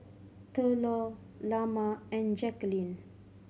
Thurlow Lamar and Jackeline